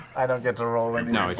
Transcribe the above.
i don't get to roll i mean like